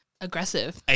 aggressive